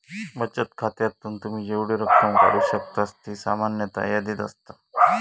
बचत खात्यातून तुम्ही जेवढी रक्कम काढू शकतास ती सामान्यतः यादीत असता